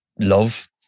love